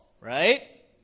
right